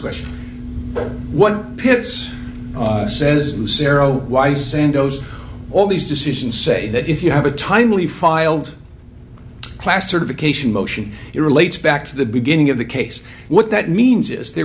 question but what pitts says sero why sandoz all these decisions say that if you have a timely filed class certification motion it relates back to the beginning of the case what that means is they